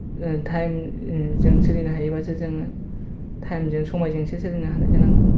थायमजों सोलिनो हायोबासो जोङो थायमजों समयजोंसो सोलिनो हानाय जानांगौ